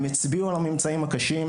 הם הצביעו על הממצאים הקשים,